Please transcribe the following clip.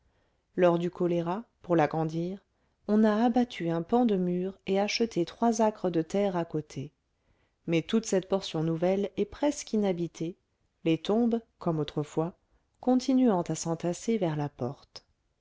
lors du choléra pour l'agrandir on a abattu un pan de mur et acheté trois acres de terre à côté mais toute cette portion nouvelle est presque inhabitée les tombes comme autrefois continuant à s'entasser vers la porte